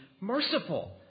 merciful